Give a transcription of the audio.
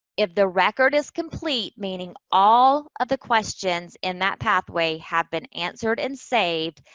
if the record is complete, meaning all of the questions in that pathway have been answered and saved,